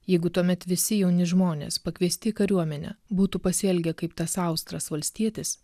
jeigu tuomet visi jauni žmonės pakviesti į kariuomenę būtų pasielgę kaip tas austras valstietis